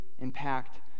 impact